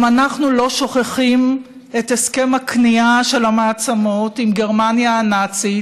גם אנחנו לא שוכחים את הסכם הכניעה של המעצמות עם גרמניה הנאצית,